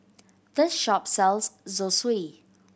this shop sells Zosui